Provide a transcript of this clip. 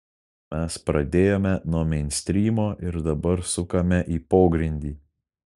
mes pradėjome nuo meinstrymo ir dabar sukame į pogrindį